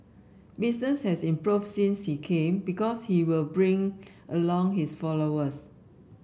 business has improved since he came because he'll bring along his followers